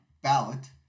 ballot